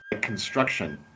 construction